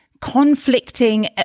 conflicting